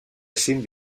ezin